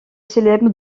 célèbre